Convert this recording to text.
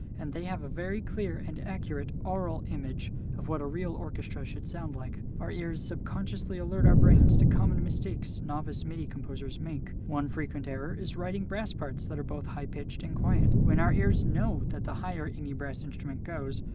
and they have a very clear and accurate aural image of what a real orchestra should sound like. our ears subconsciously alert our brains to common mistakes novice midi composers make. one frequent error is writing brass parts that are both high-pitched and quiet when our ears know that the higher any brass instrument goes,